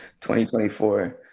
2024